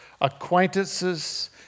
acquaintances